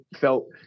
felt